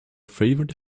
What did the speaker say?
favorite